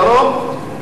בדרום,